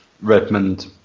Redmond